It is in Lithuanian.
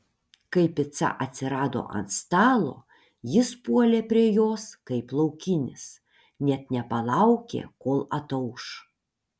kai pica atsirado ant stalo jis puolė prie jos kaip laukinis net nepalaukė kol atauš